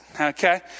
okay